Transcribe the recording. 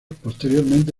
posteriormente